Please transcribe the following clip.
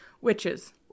Witches